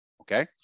okay